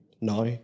now